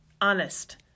Honest